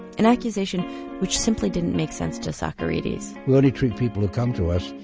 an accusation which simply didn't make sense to socarides. we only treat people who come to us,